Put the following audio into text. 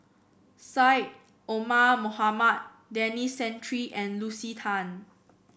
Syed Omar Mohamed Denis Santry and Lucy Tan